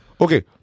Okay